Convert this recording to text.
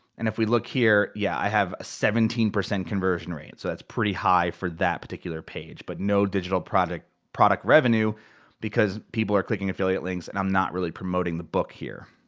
and if we look here, yeah, i have seventeen percent conversion rate. so that's pretty high for that particular page. but no digital product product revenue because people are clicking affiliate links, and i'm not really promoting the book here.